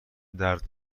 درد